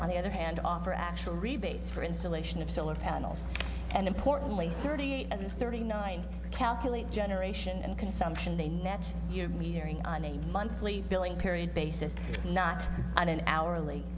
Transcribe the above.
on the other hand offer actual rebates for installation of solar panels and importantly thirty eight and thirty nine calculate generation and consumption they net year metering on a monthly billing period basis not on an hourly